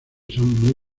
son